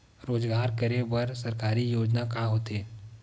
रोजगार करे बर सरकारी योजना का का होथे?